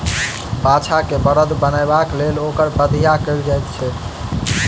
बाछा के बड़द बनयबाक लेल ओकर बधिया कयल जाइत छै